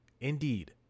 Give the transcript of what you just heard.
Indeed